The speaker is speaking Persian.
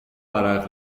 عرق